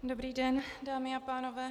Dobrý den, dámy a pánové.